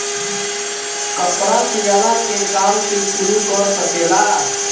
कपड़ा सियला के काम तू शुरू कर सकेला